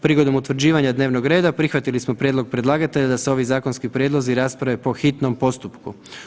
Prigodom utvrđivanja dnevnog reda prihvatili smo prijedlog predlagatelja da se ovi zakonski prijedlozi rasprave po hitnom postupku.